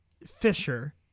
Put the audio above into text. Fisher